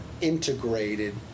integrated